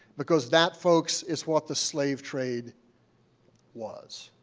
because that, folks, is what the slave trade was